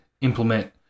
implement